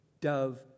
Dove